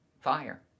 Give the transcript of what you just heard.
fire